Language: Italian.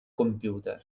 computer